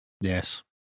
Yes